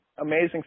amazing